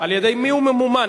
על-ידי מי הוא ממומן,